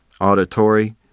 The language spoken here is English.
auditory